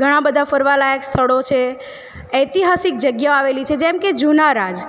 ઘણાં બધાં ફરવાં લાયક સ્થળો છે ઐતિહાસિક જગ્યાઓ આવેલી છે જેમ કે જૂનારાજ